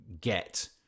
get